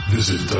Visit